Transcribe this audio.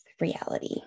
reality